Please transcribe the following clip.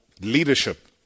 leadership